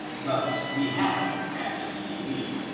thus we have, as we believe,